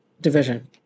division